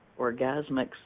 orgasmic